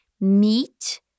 Meat